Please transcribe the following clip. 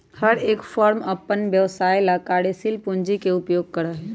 हर एक फर्म अपन व्यवसाय ला कार्यशील पूंजी के उपयोग करा हई